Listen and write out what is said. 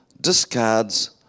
discards